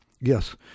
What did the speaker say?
Yes